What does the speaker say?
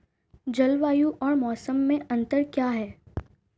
जलवायु और मौसम में अंतर क्या है?